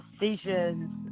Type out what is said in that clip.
decisions